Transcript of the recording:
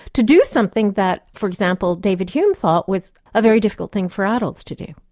to do something that, for example, david hume thought was a very difficult thing for adults to do.